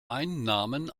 einnahmen